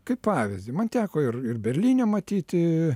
kaip pavyzdį man teko ir ir berlyne matyti